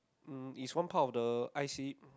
um it's one part of the eye seek